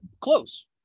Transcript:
Close